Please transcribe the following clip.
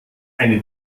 eine